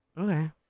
Okay